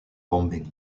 bombing